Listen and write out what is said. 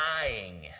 dying